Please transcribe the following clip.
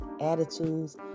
attitudes